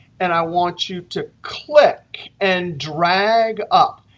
and i want you to click and drag up.